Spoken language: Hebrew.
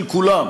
של כולם.